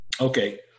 Okay